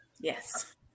Yes